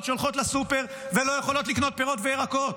שהולכות לסופר ולא יכולות לקנות פירות וירקות,